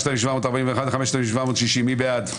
רוויזיה על הסתייגויות 4400-4381, מי בעד?